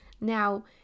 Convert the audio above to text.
Now